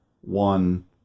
one